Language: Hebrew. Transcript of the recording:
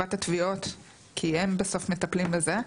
מחטיבת התביעות, כי הם בסוף מטפלים בזה.